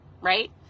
Right